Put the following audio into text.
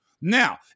Now